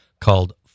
called